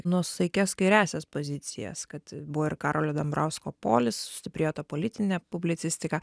nuosaikias kairiąsias pozicijas kad buvo ir karolio dambrausko polis sustiprėjo tą politinė publicistika